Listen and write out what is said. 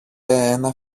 ένα